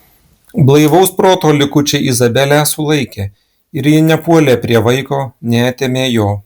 blaivaus proto likučiai izabelę sulaikė ir ji nepuolė prie vaiko neatėmė jo